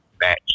match